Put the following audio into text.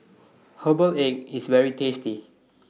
Herbal Egg IS very tasty